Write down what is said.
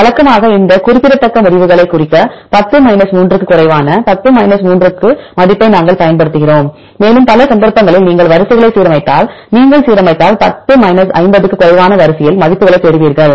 வழக்கமாக இந்த குறிப்பிடத்தக்க முடிவுகளைக் குறிக்க 10 3 க்கும் குறைவான 10 3 மதிப்பை நாங்கள் பயன்படுத்துகிறோம் மேலும் பல சந்தர்ப்பங்களில் நீங்கள் வரிசைகளை சீரமைத்தால் நீங்கள் சீரமைத்தால் 10 50 க்கும் குறைவான வரிசையில் மதிப்புகளைப் பெறுவீர்கள்